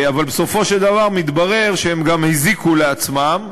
אבל בסופו של דבר מתברר שהם גם הזיקו לעצמם,